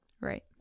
Right